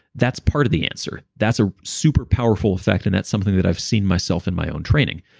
that's part of the answer. that's a super powerful effect, and that's something that i've seen myself in my own training.